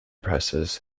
presses